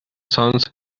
sons